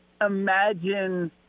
imagine